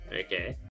Okay